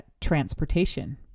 transportation